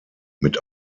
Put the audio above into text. mit